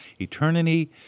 Eternity